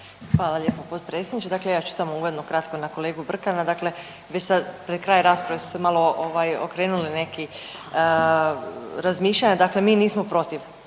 Hvala lijepo potpredsjedniče. Dakle ja ću samo uvodno kratko na kolegu Brkana, dakle već sad pred kraj rasprave su se malo ovaj okrenuli neki razmišljanja, dakle mi nismo protiv,